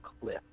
cliff